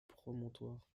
promontoire